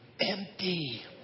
empty